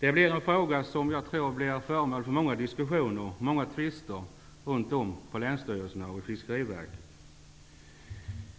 Jag tror att denna fråga kommer att bli föremål för många diskussioner och tvister på länsstyrelserna och i Fiskeriverket.